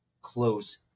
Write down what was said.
close